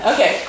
Okay